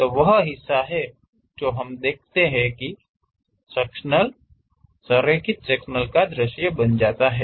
तो वह हिस्सा जो हम देखेंगेतो उसे हम संरेखित सेक्शन का दृश्य कहते हैं